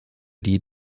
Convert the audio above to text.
die